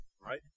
Right